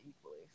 equally